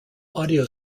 audio